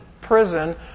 prison